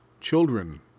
children